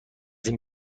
این